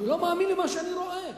אני לא מאמין למה שאני רואה,